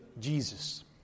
Jesus